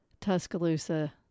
Tuscaloosa